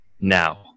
now